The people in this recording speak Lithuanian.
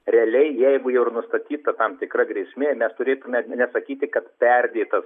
realiai jeigu jau ir nustatyta tam tikra grėsmė mes turėtume nesakyti kad perdėtas